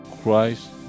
christ